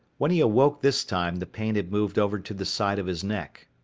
when he awoke this time the pain had moved over to the side of his neck.